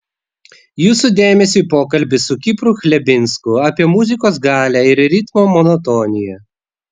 jūsų dėmesiui pokalbis su kipru chlebinsku apie muzikos galią ir ritmo monotoniją